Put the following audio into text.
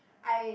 I